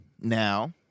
now